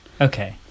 Okay